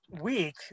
week